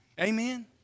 Amen